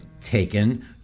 taken